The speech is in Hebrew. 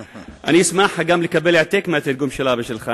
אשמח לקבל העתק מהתרגום של אבא שלך.